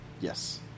Yes